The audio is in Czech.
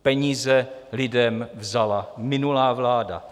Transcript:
Peníze lidem vzala minulá vláda.